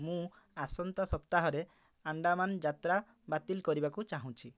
ମୁଁ ଆସନ୍ତା ସପ୍ତାହରେ ଆଣ୍ଡାମାନ୍ ଯାତ୍ରା ବାତିଲ୍ କରିବାକୁ ଚାହୁଁଛି